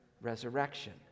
resurrection